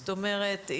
זאת אומרת,